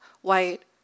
white